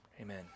Amen